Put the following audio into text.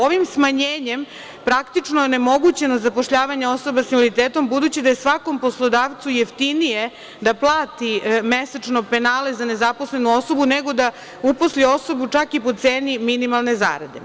Ovim smanjenjem praktično je onemogućeno zapošljavanje osoba sa invaliditetom, budući da je svakom poslodavcu jeftinije da plati mesečno penale za nezaposlenu osobu, nego da uposli osobu čak i po ceni minimalne zarade.